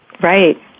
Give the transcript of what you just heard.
Right